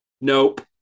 Nope